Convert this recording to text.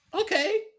Okay